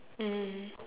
mmhmm